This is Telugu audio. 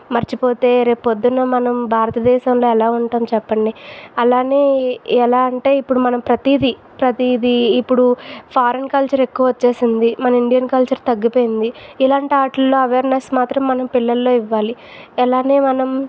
మర్చిపోతే రేపు పొద్దున మనం భారతదేశంలో ఎలా ఉంటాం చెప్పండి అలానే ఎలా అంటే ఇప్పుడు మనం ప్రతీది ప్రతీది ఇప్పుడు ఫారన్ కల్చర్ ఎక్కువచ్చేసింది మన ఇండియన్ కల్చర్ తగ్గిపోయింది ఇలాంటి వాటిల్లో అవేర్నెస్ మాత్రం మనం పిల్లల్లో ఇవ్వాలి ఎలానే మనం